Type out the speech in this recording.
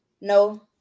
No